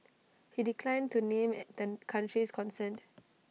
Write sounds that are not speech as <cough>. he declined to name <unintelligible> the countries concerned